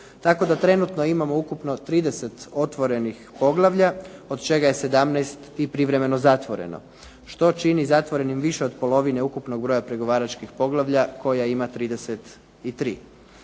tako da trenutno imamo ukupno 30 otvorenih poglavlja od čega je 17 i privremeno zatvoreno što čini zatvorenim više od polovine ukupnog broja pregovaračkih poglavlja koja ima 33.